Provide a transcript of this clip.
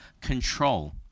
control